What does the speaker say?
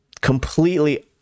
completely